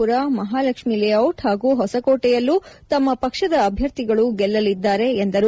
ಪುರ ಮಹಾಲಕ್ಷ್ಮೀ ಲೇಔಟ್ ಹಾಗೂ ಹೊಸಕೋಟೆಯಲ್ಲೂ ತಮ್ಮ ಪಕ್ಷದ ಅಭ್ಯರ್ಥಿಗಳು ಗೆಲ್ಲಲಿದ್ದಾರೆ ಎಂದರು